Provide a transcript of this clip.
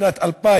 שנת 2000